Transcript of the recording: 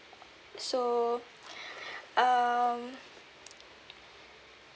so um